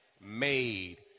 made